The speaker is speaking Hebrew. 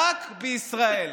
רק בישראל.